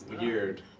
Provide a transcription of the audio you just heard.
weird